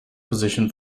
position